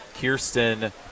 kirsten